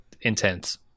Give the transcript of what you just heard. intense